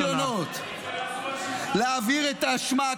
כל הניסיונות להעביר את האשמה,